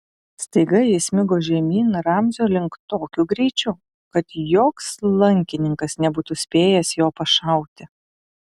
staiga jis smigo žemyn ramzio link tokiu greičiu kad joks lankininkas nebūtų spėjęs jo pašauti